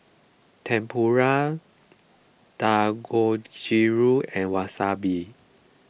Tempura Dangojiru and Wasabi